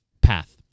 path